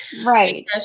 Right